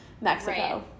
Mexico